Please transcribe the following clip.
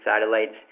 satellites